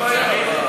מה הבעיה?